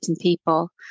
people